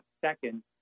second